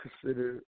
consider